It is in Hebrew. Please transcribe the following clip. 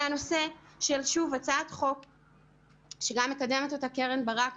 זה הנושא של הצעת חוק שמקדמת אותה חברת הכנסת קרן ברק,